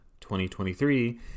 2023